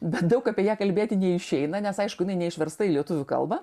bet daug apie ją kalbėti neišeina nes aiškujinai neišversta į lietuvių kalbą